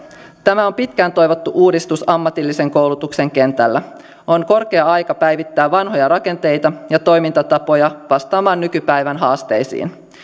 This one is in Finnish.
tämä on pitkään toivottu uudistus ammatillisen koulutuksen kentällä on korkea aika päivittää vanhoja rakenteita ja toimintatapoja vastaamaan nykypäivän haasteisiin